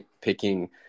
picking